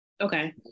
Okay